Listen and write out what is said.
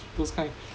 those kind